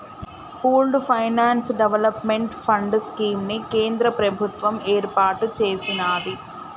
pooled finance development fund scheme ని కేంద్ర ప్రభుత్వం ఏర్పాటు చేసినాది